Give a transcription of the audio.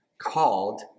called